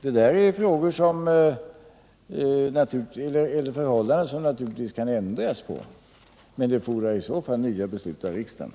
Detta är förhållanden som naturligtvis kan ändras, men det fordrar i så fall nya beslut av riksdagen.